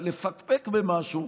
לפקפק במשהו,